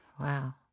Wow